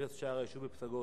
הרס שער היישוב בפסגות.